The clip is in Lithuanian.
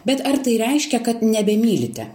bet ar tai reiškia kad nebemylite